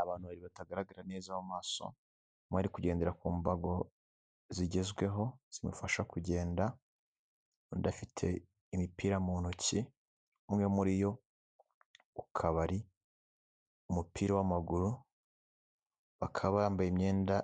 Abantu babiri batagaragara neza mu maso, umwe ari kugendera ku mbago zigezweho zimufasha kugenda, undi afite imipira mu ntoki, umwe muri yo ukaba ari umupira w'amaguru, bakaba bambaye imyenda